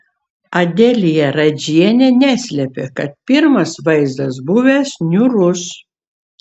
adelija radžienė neslėpė kad pirmas vaizdas buvęs niūrus